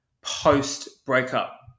post-breakup